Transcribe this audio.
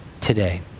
today